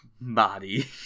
body